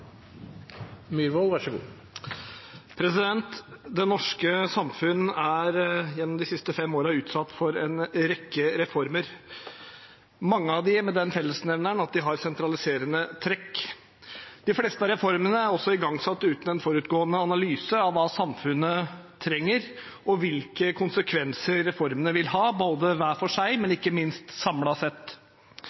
de siste fem årene utsatt for en rekke reformer – mange av dem med den fellesnevneren at de har sentraliserende trekk. De fleste reformene er også igangsatt uten en forutgående analyse av hva samfunnet trenger, og hvilke konsekvenser reformene vil ha, både hver for seg og ikke minst samlet sett.